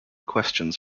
questions